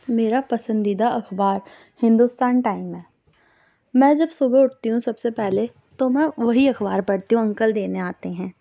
میرا پسندیدہ اخبار ہندوستان ٹائم ہے میں جب صبح اٹھتی ہوں سب سے پہلے تو میں وہی اخبار پڑھتی ہوں انکل دینے آتے ہیں